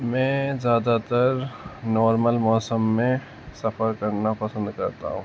میں زیادہ تر نارمل موسم میں سفر کرنا پسند کرتا ہوں